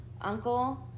uncle